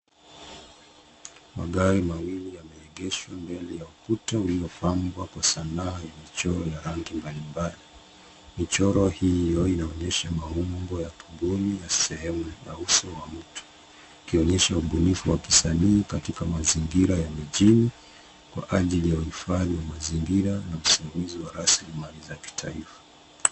Magari mawili yameegeshwa mbele ya ukuta, ulio pambwa kwa sanaa ya michoro ya rangi mbalimbali. Michoro hiyo inaonyesha maungo ya kumpuni ya sehemu ya uso wa mutu. Kionyesha ubunifu wa kisanii katika mazingira ya mijini kwa ajili ya uhifadhi wa mazingira na usimamizi wa rasilimali za kitaifa.